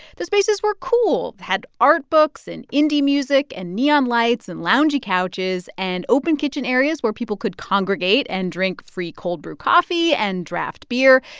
the spaces were cool, had art books and indie music and neon lights and lounge-y couches and open kitchen areas where people could congregate and drink free cold brew coffee and draft beer.